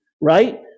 right